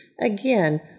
Again